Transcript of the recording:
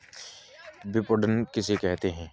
विपणन किसे कहते हैं?